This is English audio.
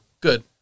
good